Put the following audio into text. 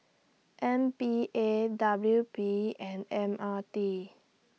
M P A W P and M R T